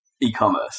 e-commerce